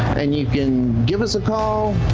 and you can give us a call.